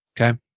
Okay